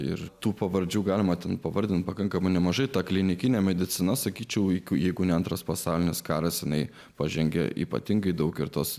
ir tų pavardžių galima ten pavardinti pakankamai nemažai ta klinikinė medicina sakyčiau iki jeigu ne antras pasaulinis karas seniai pažengę ypatingai daug ir tos